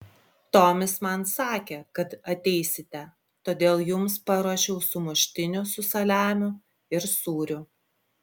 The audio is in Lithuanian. tomis man sakė kad ateisite todėl jums paruošiau sumuštinių su saliamiu ir sūriu